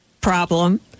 problem